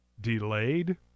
delayed